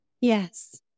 Yes